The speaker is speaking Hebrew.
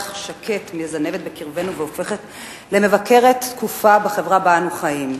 שקט מזנבת בקרבנו והופכת למבקרת תכופה בחברה שבה אנו חיים.